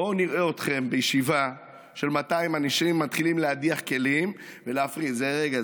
בואו נראה אתכם בישיבה של 200 אנשים מתחילים להדיח כלים ולהפריד: רגע,